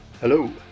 Hello